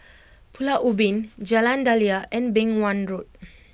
Pulau Ubin Jalan Daliah and Beng Wan Road